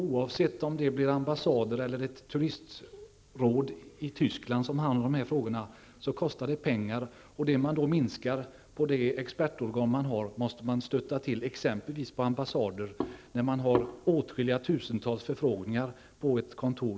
Oavsett om det blir en ambassad eller ett turistråd i Tyskland som handhar frågorna kostar det pengar. Tar man bort ett expertorgan, måste man förstärka på exempelvis ambassader. I Tyskland förekommer det åtskilliga tusental förfrågningar på ett kontor.